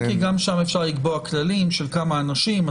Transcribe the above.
אם כי גם שם אפשר לקבוע כללים של כמה אנשים.